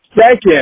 Second